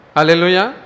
Hallelujah